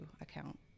account